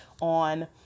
on